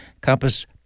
Compass